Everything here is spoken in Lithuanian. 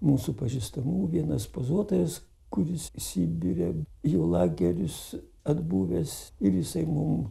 mūsų pažįstamų vienas pozuotojas kuris sibire į lagerius atbuvęs ir jisai mum